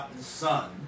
Son